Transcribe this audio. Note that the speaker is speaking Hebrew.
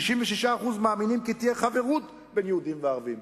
66% מאמינים שתהיה חברות בין יהודים וערבים.